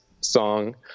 song